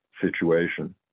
situation